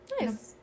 Nice